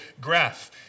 graph